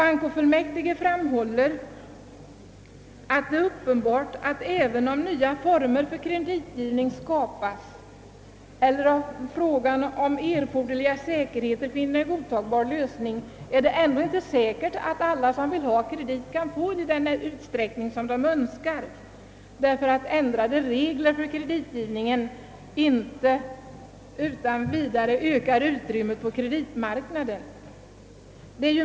Bankofullmäktige framhåller, att det är uppenbart att, även om nya former för kreditgivningen skapas eller om frågan om erforderliga säkerheter finner en godtagbar lösning, det ändå inte är säkert att krediter kommer att stå till förfogande i den utsträckning som företaget önskar. Ändrade regler för kreditgivningen ökar nämligen inte utan vidare utrymmet på kreditmarknaden.